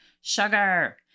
Sugar